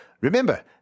Remember